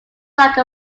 like